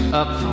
up